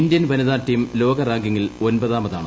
Indian വനിതാ team ലോക റാങ്കിംഗിൽ ഒമ്പതാമതാണ്